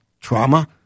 trauma